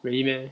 really meh